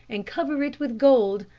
and cover it with gold,